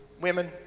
women